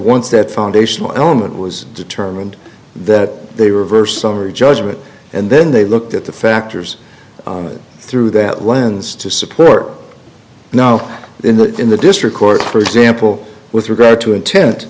that foundational element was determined that they reversed summary judgment and then they looked at the factors through that lens to support now in the in the district court for example with regard to intent